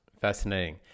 Fascinating